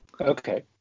Okay